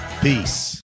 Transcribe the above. Peace